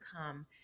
come